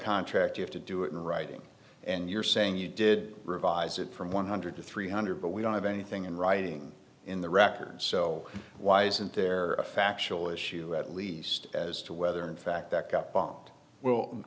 contract you have to do it in writing and you're saying you did revise it from one hundred to three hundred but we don't have anything in writing in the record so why isn't there a factual issue at least as to whether in fact that got bought well